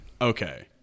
okay